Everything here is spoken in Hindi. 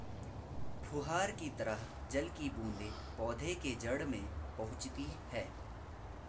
फुहार की तरह जल की बूंदें पौधे के जड़ में पहुंचती है